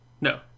No